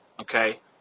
okay